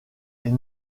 est